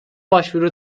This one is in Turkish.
başvuru